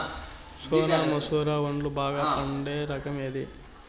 సోనా మసూర వడ్లు బాగా పండే రకం ఏది